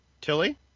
Tilly